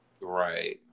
Right